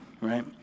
right